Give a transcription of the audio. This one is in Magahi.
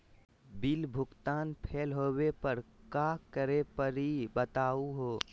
बिल भुगतान फेल होवे पर का करै परही, बताहु हो?